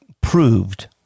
proved